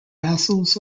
vassals